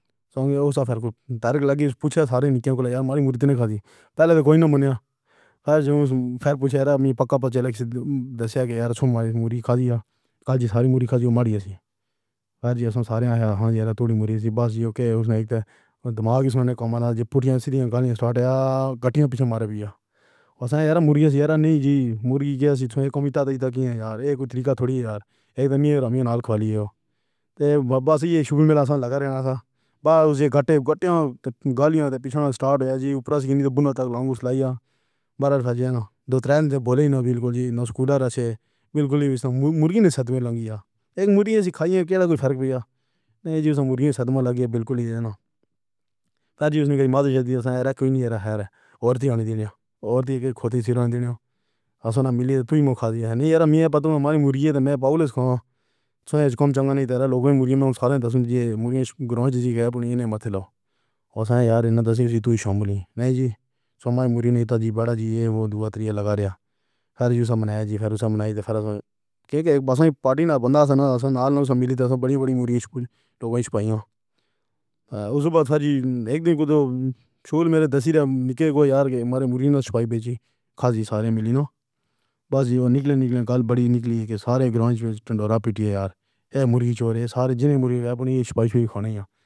ہاں بھائی، اُس ٹائپ کو پہلے لگی پُوچھا سارے نِکّے کو یار ماری مُرغی تو کھا دی۔ پہلے تو کوئی نہیں مُنّہ۔ پھر جو پھر پُوچھ رہا میں پکّا پتا چلا کہ دیسی مُرغی کا ساج ساری مُرغی کا مَاڑی سی بات جیسے سارے ہیں۔ ہاں جیرا تھوڑی مُرغی سی بس کے ایک دماغ۔ اُس نے کمانا پُٹیوں سیڈھی گالیاں سٹارٹ یا کٹیاں پیچھے مار پیا اور سارا مُرغی سی جیسے کومی تھا۔ جیتا کی یار یہ کوئی طریقہ تھوڑی ہے یار۔ اک دمّی رمی نال کھا لیا اور بس یہی شُوب ملا۔ ساتھ لگ رہا تھا باس گھٹّ گھٹّ گالیاں اور پِچھڑا سٹارٹ ہو گیا۔ اوپر سے گینڈ تک لائن لگی ہے۔ 12 پر جانا دو ٹرین تے بولے نا بالکل جی نا۔ سکوٹر سے بالکل سڑک میں لگی ہے۔ اک مُرغی کھائی۔ کیا فرق پڑا؟ نہیں جی، مُرغی سَدما لگ گیا۔ بالکل نہیں جانا۔ پر اُس نے مزے سے دِیا سارے کو نہیں۔ اَڑے عورتاں آنی چاہیئں۔ عورتاں خود ہی چلانی ہو اصل میں نہیں کھاتی ہے۔ نہیں یار میں بتاؤں ہماری مُرغی ہے اور میں بالی وُڈ ہوں۔ ایسے کم چنگا نہیں تیرا لوگوں کی۔ مُرغی سادھے دَستیوں مُرغی گراس نہیں ہے۔ مت لاؤ یار اِنہیں بھی تُو ہی سنبھالی۔ نہیں جی سوما مُرغی نہیں تھا جی بڑا۔ جی اے وو دو تین لگا رہے ہیں۔ ہرشیتا منایا جی منائی پھر سے۔ کیک پارٹی نا بند کرنا نا ملی تو بڑی بڑی مُرغی چُپ رہی۔ بازی اک دن تو سوریہ دَشہرا نِکلا۔ کوئی یار کی مارے مُرغی نہ چُھپائی بھیجی خاکی سارے ملی نا۔ بس نکلے نکلے کل بڑی نِکلی کہ سارے گاں میں ڈورا ٹِکا۔ یار یہ مُرغی چور ہے سارے۔ جِنہیں مُرغی کہ اپنی چُھپائی ہوئی کھانے آیا۔